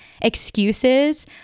excuses